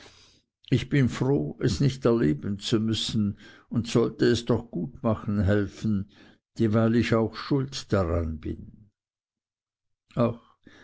ich bin froh es nicht erleben zu müssen und sollte es doch gut machen helfen dieweil ich auch schuld daran bin ach